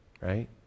Right